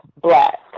Black